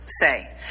say